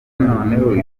noneho